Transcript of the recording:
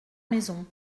maison